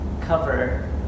cover